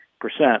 percent